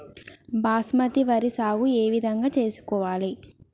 బాస్మతి వరి సాగు ఏ విధంగా చేసుకోవాలి?